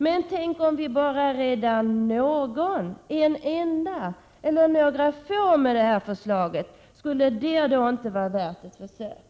Men tänk om vi räddar bara en enda eller några få med förslaget — skulle det då inte vara värt ett försök?